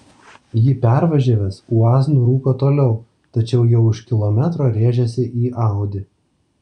jį pervažiavęs uaz nurūko toliau tačiau jau už kilometro rėžėsi į audi